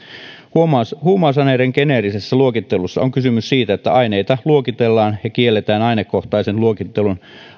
huumausaineiden geneerisessä luokittelussa on kysymys siitä että aineita luokitellaan ja kielletään ainekohtaisen luokittelun